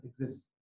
exists